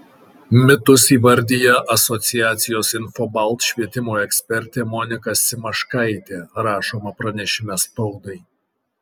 mitus įvardija asociacijos infobalt švietimo ekspertė monika simaškaitė rašoma pranešime spaudai